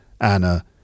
Anna